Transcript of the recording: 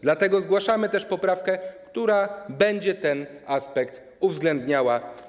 Dlatego zgłaszamy poprawkę, która będzie ten aspekt uwzględniała.